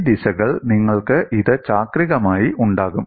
ഈ ദിശകൾ നിങ്ങൾക്ക് ഇത് ചാക്രികമായി ഉണ്ടാകും